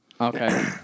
Okay